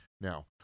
Now